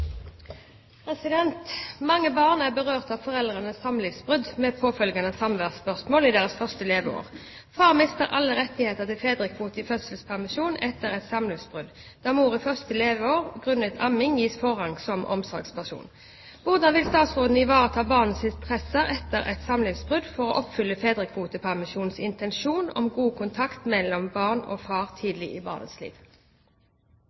fedrekvote i fødselspermisjon etter et samlivsbrudd, da mor i barnets første leveår grunnet amming gis forrang som omsorgsperson. Hvordan vil statsråden ivareta barnets interesser etter et samlivsbrudd for å oppfylle fedrekvotepermisjonens intensjon om god kontakt mellom barn og far